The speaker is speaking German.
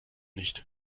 nicht